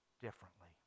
differently